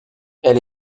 elle